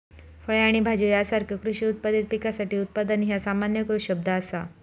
फळे आणि भाज्यो यासारख्यो कृषी उत्पादित पिकासाठी उत्पादन ह्या सामान्यीकृत शब्द असा